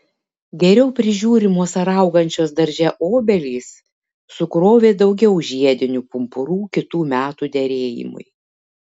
geriau prižiūrimos ar augančios darže obelys sukrovė daugiau žiedinių pumpurų kitų metų derėjimui